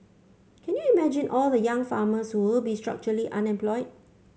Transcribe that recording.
can you imagine all the young farmers who will be structurally unemployed